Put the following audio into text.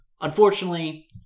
unfortunately